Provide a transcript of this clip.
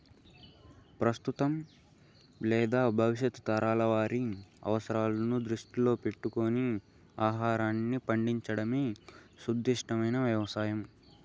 ప్రస్తుతం లేదా భవిష్యత్తు తరాల వారి అవసరాలను దృష్టిలో పెట్టుకొని ఆహారాన్ని పండించడమే సుస్థిర వ్యవసాయం